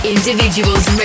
Individuals